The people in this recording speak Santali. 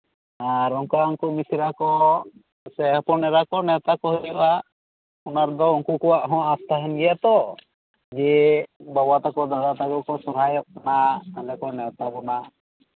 ᱟᱨ ᱚᱱᱠᱟ ᱩᱱᱠᱩ ᱢᱤᱥᱨᱟ ᱠᱚ ᱥᱮ ᱦᱚᱯᱚᱱ ᱮᱨᱟ ᱠᱚ ᱱᱮᱶᱛᱟ ᱠᱚ ᱦᱩᱭᱩᱜᱼᱟ ᱚᱱᱟ ᱨᱮᱫᱚ ᱩᱱᱠᱩ ᱠᱚᱣᱟᱜ ᱦᱚᱸ ᱟᱸᱥ ᱛᱟᱦᱮᱱ ᱜᱮᱭᱟ ᱛᱚ ᱡᱮ ᱵᱟᱵᱟ ᱛᱟᱠᱚ ᱫᱟᱫᱟ ᱛᱟᱠᱚ ᱠᱚ ᱥᱚᱨᱦᱟᱭᱚᱜ ᱠᱟᱱᱟ ᱟᱵᱚ ᱠᱚ ᱱᱮᱶᱛᱟ ᱵᱚᱱᱟ